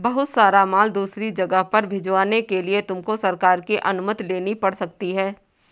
बहुत सारा माल दूसरी जगह पर भिजवाने के लिए तुमको सरकार की अनुमति लेनी पड़ सकती है